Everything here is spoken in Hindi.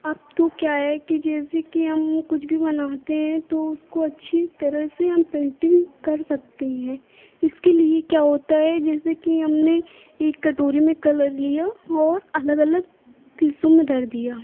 अब तो क्या है कि जैसे कि हम कुछ भी बनाते हैं तो उसको अच्छी तरह से हम पेन्टिन्ग कर सकते हैं इसके लिए क्या होता है जैसे कि हमने एक कटोरी में कलर लिया और अलग अलग हिस्सों में धर दिया